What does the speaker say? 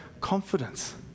confidence